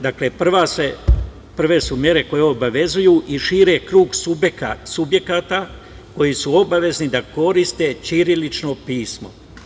Dakle, prve mere su koje obavezuju i šire krug subjekata koji su obavezni da koriste ćirilično pismo.